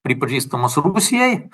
pripažįstamos rusijai